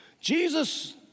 Jesus